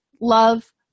love